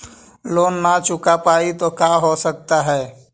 Loan न चुका पाई तो का हो सकता है?